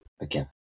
Again